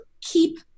keep